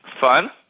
fun